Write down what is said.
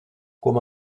comme